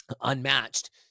unmatched